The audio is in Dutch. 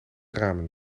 ramen